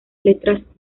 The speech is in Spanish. letras